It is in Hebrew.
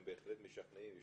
הם בהחלט משכנעים.